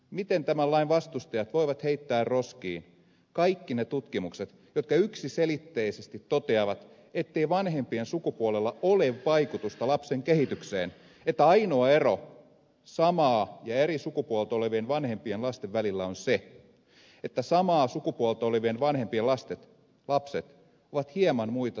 miten tämän lain vastustajat voivat heittää roskiin kaikki ne tutkimukset jotka yksiselitteisesti toteavat ettei vanhempien sukupuolella ole vaikutusta lapsen kehitykseen että ainoa ero samaa ja eri sukupuolta olevien vanhempien lasten välillä on se että samaa sukupuolta olevien vanhempien lapset ovat hieman muita suvaitsevaisempia